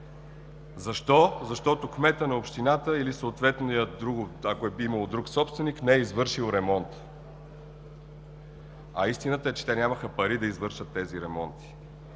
Защо? Защото кметът на общината, или ако е имало друг собственик, не е извършил ремонт, а истината е, че те нямаха пари да извършват тези ремонти.